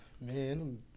man